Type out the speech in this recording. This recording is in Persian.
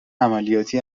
عملیاتی